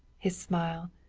his smile,